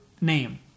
name